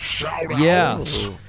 Yes